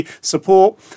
support